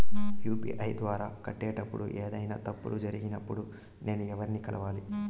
UPI ద్వారా కట్టేటప్పుడు ఏదైనా తప్పులు జరిగినప్పుడు నేను ఎవర్ని కలవాలి?